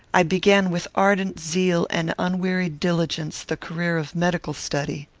i began with ardent zeal and unwearied diligence the career of medical study.